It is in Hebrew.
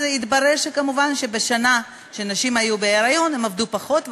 התברר כמובן שבשנה שבה הנשים היו בהיריון הן עבדו פחות,